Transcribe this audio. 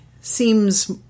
seems